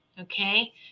Okay